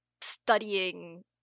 studying